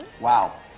Wow